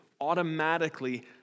automatically